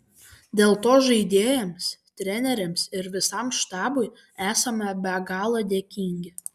dėl to žaidėjams treneriams ir visam štabui esame be galo dėkingi